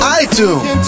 iTunes